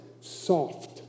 soft